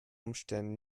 umständen